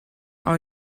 are